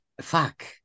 fuck